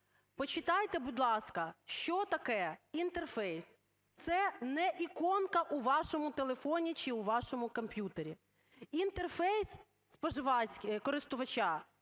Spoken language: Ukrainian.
Почитайте, будь ласка, що таке інтерфейс. Це не іконка у вашому телефоні чи у вашому комп'ютері. Інтерфейс споживацький